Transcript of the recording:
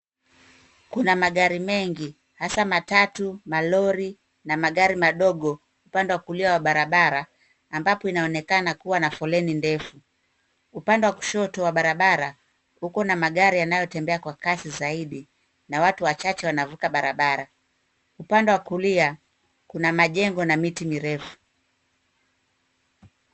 Kuna magari mengi hasa matatu, malori na magari madogo upande wa kulia wa barabara ambapo inaonekana kuwa na foleni ndefu. Upande wa kushoto wa barabara, kuko na magari yanayotembea kwa kasi zaidi na watu wachache wanavuka barabara. Upande wa kulia kuna majengo na miti mirefu.